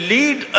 lead